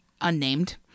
Unnamed